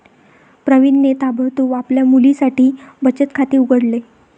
प्रवीणने ताबडतोब आपल्या मुलीसाठी बचत खाते उघडले